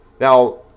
now